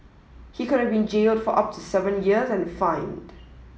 he could have been jailed for up to seven years and fined